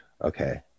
Okay